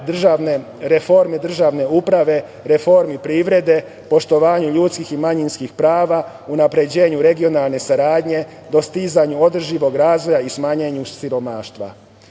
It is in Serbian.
reforme državne uprave, reforme privrede, poštovanju ljudskih i manjinskih prava, unapređenju regionalne saradnje, dostizanje održivog razvoja i smanjenju siromaštva. Instrument